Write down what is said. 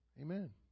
Amen